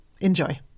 Enjoy